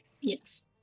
Yes